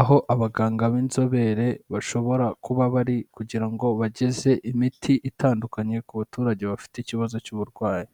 aho abaganga b'inzobere bashobora kuba bari kugira ngo bageze imiti itandukanye ku baturage bafite ikibazo cy'uburwayi.